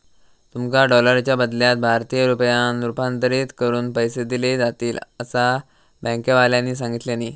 तुमका डॉलरच्या बदल्यात भारतीय रुपयांत रूपांतरीत करून पैसे दिले जातील, असा बँकेवाल्यानी सांगितल्यानी